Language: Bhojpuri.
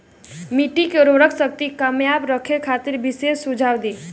मिट्टी के उर्वरा शक्ति कायम रखे खातिर विशेष सुझाव दी?